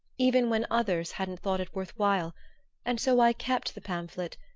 even when others hadn't thought it worth while and so i kept the pamphlet,